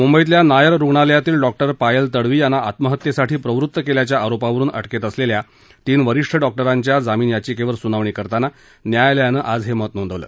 मुंबईतल्या नायर रुग्णालयातील डॉ पायल तडवी यांना आत्महत्येसाठी प्रवृत्त केल्याच्या आरोपावरुन अटकेत असलेल्या तीन वरीष्ठ डॉक्टरांच्या जामीन याचिकेवर स्नावणी करताना न्यायालयानं आज हे मत नोंदवलं